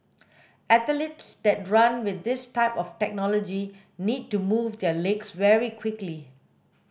athletes that run with this type of technology need to move their legs very quickly